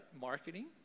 Marketing